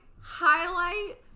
highlight